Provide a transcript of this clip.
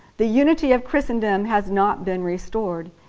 the unity of christendom has not been restored.